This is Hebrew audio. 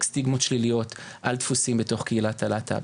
סטיגמות שליליות על דפוסים בתוך קהילת הלהט"ב.